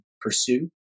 pursue